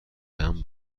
امن